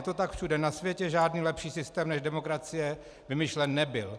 Je to tak všude na světě, žádný lepší systém než demokracie vymyšlen nebyl.